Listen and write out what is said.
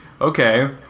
okay